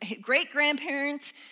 great-grandparents